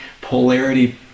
polarity